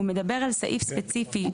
הוא מדבר על סעיף ספציפי,